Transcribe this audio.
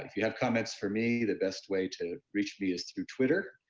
like if you have comments for me, the best way to reach me is through twitter.